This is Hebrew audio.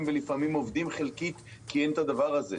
ולפעמים עובדים חלקית כי אין את הדבר הזה.